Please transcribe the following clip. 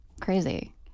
crazy